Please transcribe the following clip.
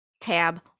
tab